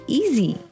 easy